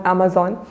Amazon